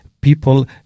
people